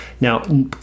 Now